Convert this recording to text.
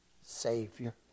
Savior